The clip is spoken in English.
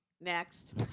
Next